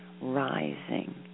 rising